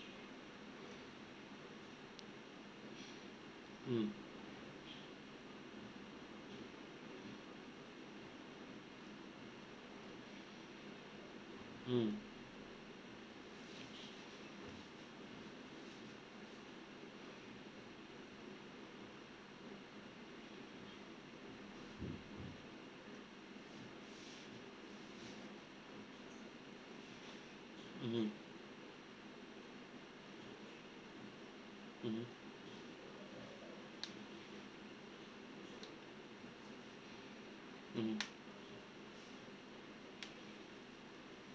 mm mm mm mm mm